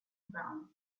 ground